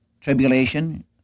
tribulation